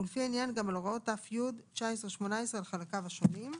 ולפי העניין גם על הוראות ת"י 1918 על חלקיו השונים,